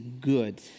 good